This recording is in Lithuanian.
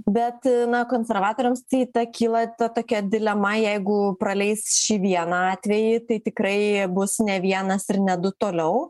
bet konservatoriams tai ta kyla ta tokia dilema jeigu praleis šį vieną atvejį tai tikrai bus ne vienas ir ne du toliau